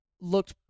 looked